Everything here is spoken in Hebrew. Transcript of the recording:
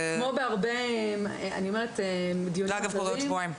זה, אגב, קורה עוד שבועיים.